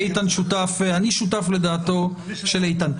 אני שותף לדעתו של איתן.